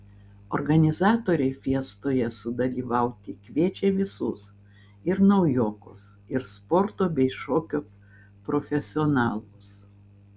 organizatoriai fiestoje sudalyvauti kviečia visus ir naujokus ir sporto bei šokio profesionalus